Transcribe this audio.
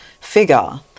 figure